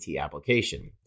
application